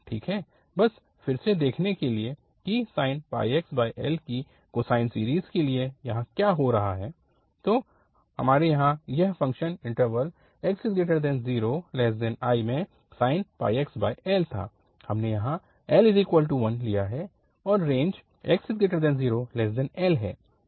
ठीक है बस फिर से देखने के लिए कि sin πxl की कोसाइन सीरीज़ के लिए यहाँ क्या हो रहा है तो हमारे यहाँ यह फ़ंक्शन इन्टरवल 0xl में sin πxl था हमने यहाँ l1 लिया है और रेंज 0xl है